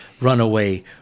Runaway